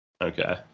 Okay